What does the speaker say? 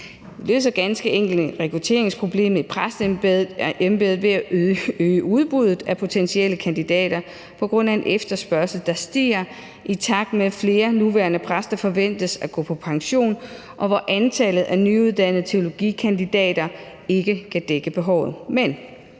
løser ganske enkelt rekrutteringsproblemet i forbindelse med i præsteembedet ved at øge udbuddet af potentielle kandidater på grund af en efterspørgsel, der stiger, i takt med at flere nuværende præster forventes at gå på pension, og hvor antallet af nyuddannede teologikandidater ikke kan dække behovet. Men